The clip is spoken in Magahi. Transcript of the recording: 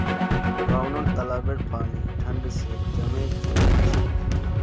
गांउर तालाबेर पानी ठंड स जमें गेल छेक